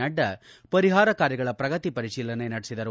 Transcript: ನಡ್ಡಾ ಪರಿಹಾರ ಕಾರ್ಯಗಳ ಪ್ರಗತಿ ಪರಿಶೀಲನೆ ನಡೆಸಿದರು